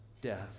death